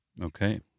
Okay